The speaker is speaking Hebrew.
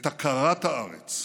את הכרת הארץ,